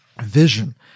vision